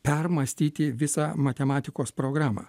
permąstyti visą matematikos programą